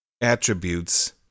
attributes